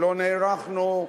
שלא נערכנו,